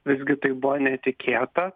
visgi tai buvo netikėta